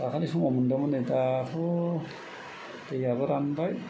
दाखालि समाव मोनदोंमोन नै दाथ' दैआबो रानबाय